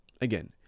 again